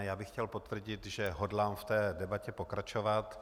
Já bych chtěl potvrdit, že hodlám v té debatě pokračovat.